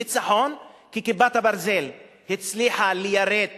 ניצחון, כי "כיפת הברזל" הצליחה ליירט